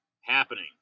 happening